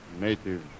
Native